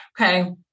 okay